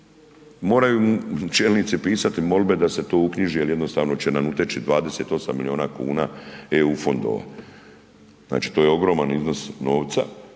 moraju čelnici pisati molbe da se to uknjiži jer jednostavno će nam uteći 28 milijuna kuna EU fondova. Znači to je ogroman iznos novca